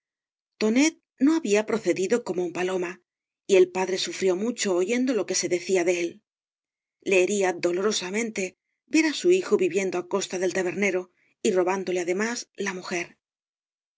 no había procedido como ua paloma y el padre sufrió mucho oyendo lo que se áeeia de él le hería dolorosamente ver á su hijo viviendo á costa del tabernero y robándole además la mujer